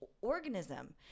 organism